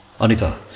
Anita